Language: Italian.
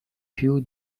più